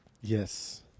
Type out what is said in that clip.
yes